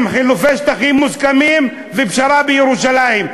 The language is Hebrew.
עם חילופי שטחים מוסכמים ופשרה בירושלים.